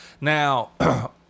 now